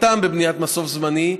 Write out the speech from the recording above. אין טעם בבניית המסוף הזמני,